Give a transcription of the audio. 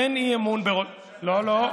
אין אי-אמון בראש, לא לא.